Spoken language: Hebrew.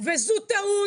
וזו טעות.